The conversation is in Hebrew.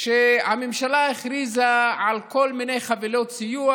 שהממשלה הכריזה על כל מיני חבילות סיוע,